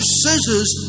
scissors